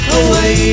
away